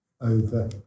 over